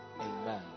Amen